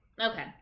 okay